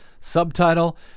Subtitle